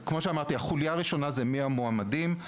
החוליה הראשונה זה מי המועמדים,